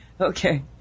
Okay